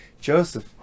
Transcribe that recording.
Joseph